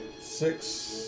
Six